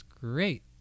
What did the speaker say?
great